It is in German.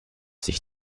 sich